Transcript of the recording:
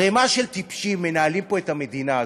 ערימה של טיפשים מנהלים פה את המדינה הזאת,